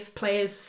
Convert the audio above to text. players